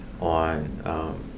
on